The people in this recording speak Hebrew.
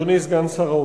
אדוני סגן שר האוצר,